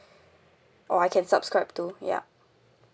or I can subscribe to yup